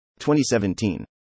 2017